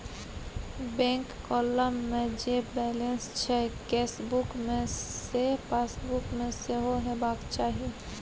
bank column मे जे balance छै केसबुक मे सैह पासबुक मे सेहो हेबाक चाही